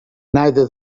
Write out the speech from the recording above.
neither